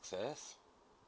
A_X_S